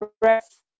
breath